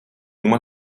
uma